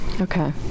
Okay